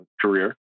career